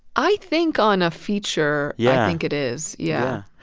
i think on a feature, yeah i think it is, yeah